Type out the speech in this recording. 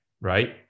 right